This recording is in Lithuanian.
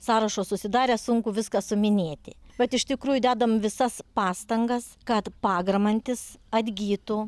sąrašo susidarę sunku viską suminėti bet iš tikrųjų dedam visas pastangas kad pagramantis atgytų